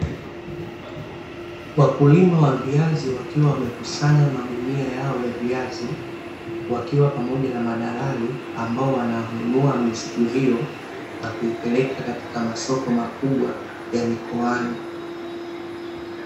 Wakulima wa viazi wakiwa wamekusanya magunia yao ya viazi, wakiwa pamoja na madalali ambao wanawanunua mizigo hiyo na kuipeleka katika masoko makubwa ya mikoani.